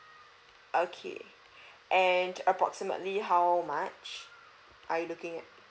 okay and approximately how much are you looking at